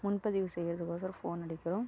முன்பதிவு செய்யறதுக்கு ஒசரம் ஃபோன் அடிக்கிறோம்